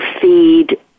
feed